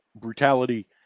brutality